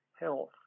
health